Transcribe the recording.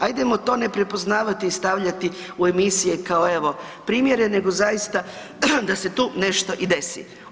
Ajdemo to ne prepoznavati i stavljati u emisije kao evo, primjere, nego zaista, da se tu nešto i desi.